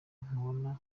nkubona